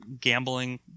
gambling